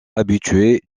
habitué